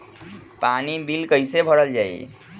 पानी बिल कइसे भरल जाई?